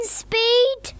speed